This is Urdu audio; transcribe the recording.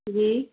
جی